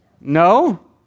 No